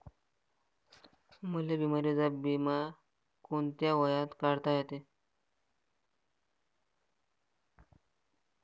मले बिमारीचा बिमा कोंत्या वयात काढता येते?